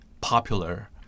popular